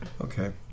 Okay